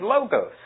logos